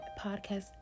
podcast